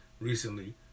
Recently